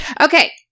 Okay